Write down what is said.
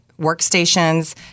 workstations